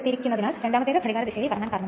ഇതൊരു സ്വയം ആരംഭമാണ്